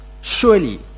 surely